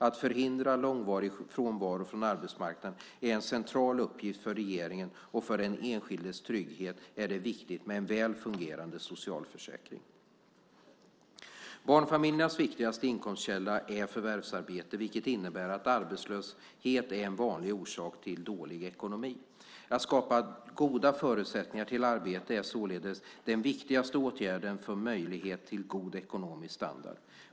Att förhindra långvarig frånvaro från arbetsmarknaden är en central uppgift för regeringen, och för den enskildes trygghet är det viktigt med en väl fungerande socialförsäkring. Barnfamiljernas viktigaste inkomstkälla är förvärvsarbete, vilket innebär att arbetslöshet är en vanlig orsak till dålig ekonomi. Att skapa goda förutsättningar för arbete är således den viktigaste åtgärden för möjlighet till god ekonomisk standard.